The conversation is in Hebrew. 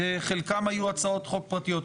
כי חלקם היו הצעות חוק פרטיות,